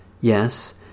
Yes